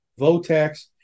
Votex